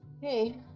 Hey